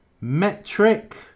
Metric